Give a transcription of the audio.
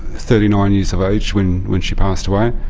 thirty-nine years of age when when she passed away.